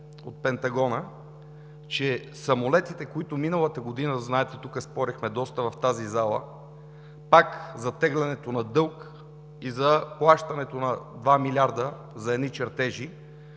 от Пентагона, че самолетите, за които миналата година… Знаете, че тук спорихме доста в тази зала, пак за тегленето на дълг и за плащането на два милиарда за едни чертежи,